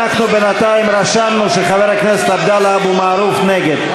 אנחנו בינתיים רשמנו שחבר הכנסת עבדאללה אבו מערוף נגד.